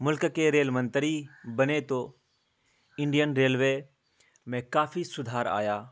ملک کے ریل منتری بنے تو انڈین ریلوے میں کافی سدھار آیا